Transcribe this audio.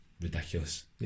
ridiculous